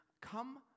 come